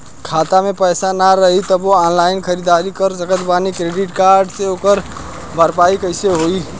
खाता में पैसा ना रही तबों ऑनलाइन ख़रीदारी कर सकत बानी क्रेडिट कार्ड से ओकर भरपाई कइसे होई?